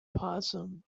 possum